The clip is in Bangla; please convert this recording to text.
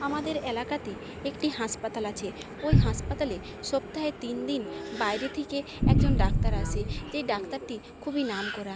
আমাদের এলাকাতে একটি হাসপাতাল আছে ওই হাসপাতালে সপ্তাহে তিন দিন বাইরে থিকে একজন ডাক্তার আসে সেই ডাক্তারটি খুবই নামকরা